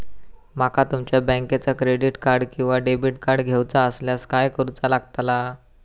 माका तुमच्या बँकेचा क्रेडिट कार्ड किंवा डेबिट कार्ड घेऊचा असल्यास काय करूचा लागताला?